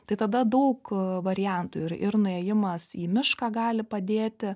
tai tada daug variantų ir ir nuėjimas į mišką gali padėti